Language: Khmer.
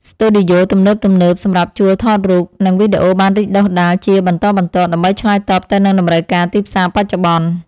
ស្ទូឌីយោទំនើបៗសម្រាប់ជួលថតរូប និងវីដេអូបានរីកដុះដាលជាបន្តបន្ទាប់ ដើម្បីឆ្លើយតបទៅនឹងតម្រូវការទីផ្សារបច្ចុប្បន្ន។